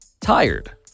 tired